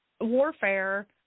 warfare